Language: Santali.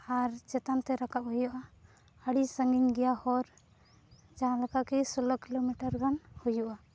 ᱟᱨ ᱪᱮᱛᱟᱱᱛᱮ ᱨᱟᱠᱟᱵ ᱦᱩᱭᱩᱜᱼᱟ ᱟᱹᱰᱤ ᱥᱟᱺᱜᱤᱧ ᱜᱮᱭᱟ ᱦᱚᱨ ᱡᱟᱦᱟᱸᱞᱮᱠᱟ ᱠᱤ ᱥᱳᱞᱳ ᱠᱤᱞᱳᱢᱤᱴᱟᱨ ᱜᱟᱱ ᱦᱩᱭᱩᱜᱼᱟ